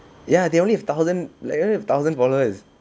ya they only have thousand like a thousand followers